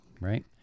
right